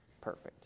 perfect